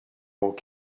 old